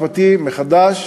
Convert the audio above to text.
התחיל מאבק משפטי מחדש,